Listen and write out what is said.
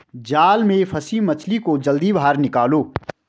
जाल में फसी मछली को जल्दी बाहर निकालो